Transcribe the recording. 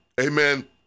Amen